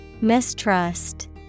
Mistrust